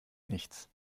nichts